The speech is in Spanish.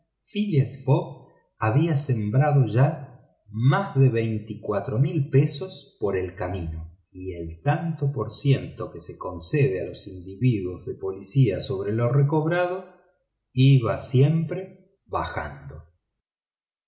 había sembrado ya más de cinco mil libras por el camino y el tanto por ciento que se concede a los policías sobre lo recobrado iba siempre bajando